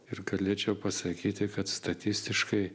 ir galėčiau pasakyti kad statistiškai